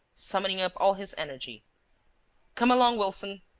summoning up all his energy come along, wilson!